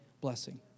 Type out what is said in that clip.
blessing